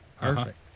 Perfect